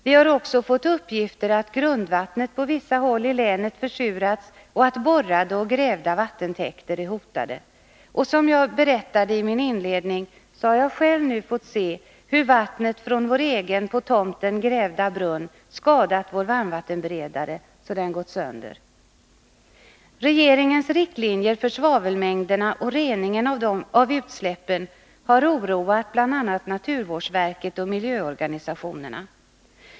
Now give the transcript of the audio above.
Vi har också fått uppgifter om att grundvattnet på vissa håll i länet försurats och att borrade och grävda vattentäkter är hotade. Som jag berättade i min inledning, har jag själv nu fått se hur vattnet från vår egen på tomten grävda brunn har skadat vår varmvattenberedare — den har gått sönder. Regeringens riktlinjer för svavelmängderna och reningen av utsläppen har oroat bl.a. naturvårdsverket och miljöorganisationerna.